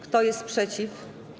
Kto jest przeciw?